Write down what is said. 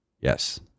Yes